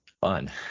Fun